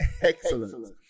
Excellent